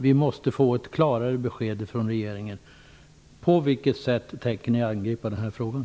Vi måste få ett klarare besked från regeringen. På vilket sätt tänker ni angripa frågan?